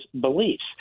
beliefs